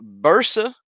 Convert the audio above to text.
Bursa